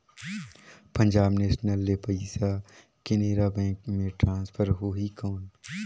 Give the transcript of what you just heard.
Punjab National ले पइसा Canara bank मे ट्रांसफर होहि कौन?